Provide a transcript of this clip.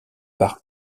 par